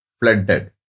flooded